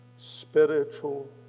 spiritual